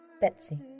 Betsy